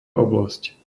oblasť